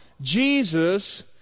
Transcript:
Jesus